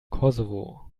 kosovo